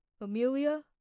Amelia